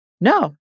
No